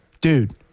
dude